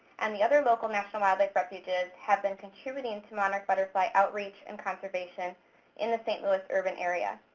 and the other local national wildlife refuges, have been contributing to monarch butterfly outreach and conservation in the st. louis urban area.